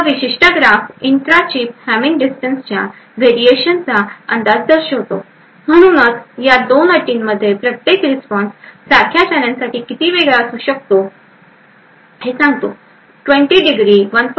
हा विशिष्ट graph intra chip hamming डिस्टन्सच्या व्हेरिएशनचा अंदाज दर्शवितो म्हणूनच या 2 अटींमध्ये प्रत्येक रिस्पॉन्स सारख्या चॅलेंज साठी किती वेगळा असू शकतो हे सांगतो 20 ° 1